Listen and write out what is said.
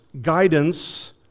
guidance